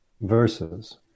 Verses